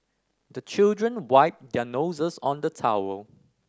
the children wipe their noses on the towel